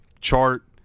chart